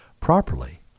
properly